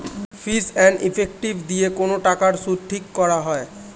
fees and effective দিয়ে কোন টাকার সুদ ঠিক করা হয়